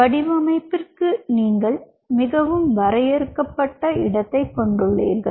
வடிவமைப்பிற்குப் நீங்கள் மிகவும் வரையறுக்கப்பட்ட இடத்தைக் கொண்டுள்ளீர்கள்